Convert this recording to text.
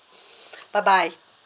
bye bye